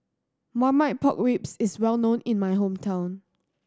Marmite Pork Ribs is well known in my hometown